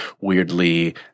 weirdly